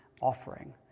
offering